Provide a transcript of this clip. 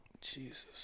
Jesus